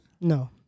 No